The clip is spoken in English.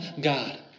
God